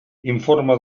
informa